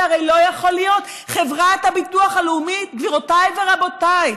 גברתי היושבת-ראש,